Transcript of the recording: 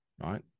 right